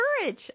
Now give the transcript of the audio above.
courage